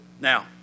Now